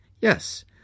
Yes